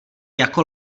jako